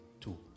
two